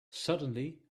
suddenly